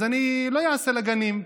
אז אני לא אעשה לגנים,